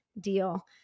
deal